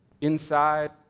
Inside